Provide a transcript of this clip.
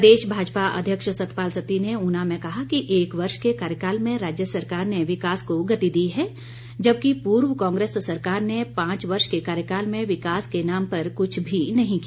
प्रदेश भाजपा अध्यक्ष सतपाल सत्ती ने ऊना में कहा कि एक वर्ष के कार्यकाल में राज्य सरकार ने विकास को गति दी है जबकि पूर्व कांग्रेस सरकार ने पांच वर्ष के कार्यकाल में विकास के नाम पर कुछ भी नही किया